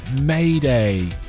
mayday